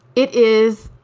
it is